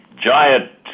giant